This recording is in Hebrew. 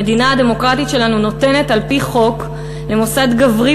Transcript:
המדינה הדמוקרטית שלנו נותנת על-פי חוק למוסד גברי